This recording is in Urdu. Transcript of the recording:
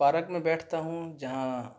پارک میں بیٹھتا ہوں جہاں میں